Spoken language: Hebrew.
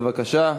בבקשה.